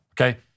okay